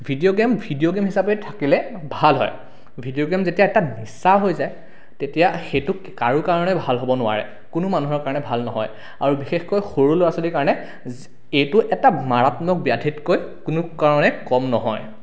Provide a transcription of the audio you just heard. video game video game হিচাপে থাকিলে ভাল হয় ভিডিঅ' গেম যেতিয়া এতিয়া নিচা হৈ যায় তেতিয়া সেইটো কাৰো কাৰণে ভাল হ'ব নোৱাৰে কোনো মানুহৰ কাৰণে ভাল নহয় আৰু বিশেষকৈ সৰু ল'ৰা ছোৱালীৰ কাৰণে এইটো এটা মাৰাত্মক ব্যাধিতকৈ কোনো কাৰণে কম নহয়